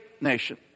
nation